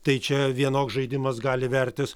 tai čia vienoks žaidimas gali vertis